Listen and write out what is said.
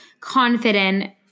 confident